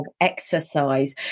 exercise